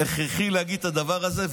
הכרחי להגיד את הדבר הזה?